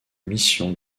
mission